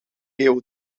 eeuw